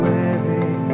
heavy